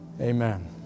Amen